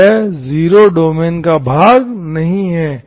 अतः 0 डोमेन का भाग नहीं है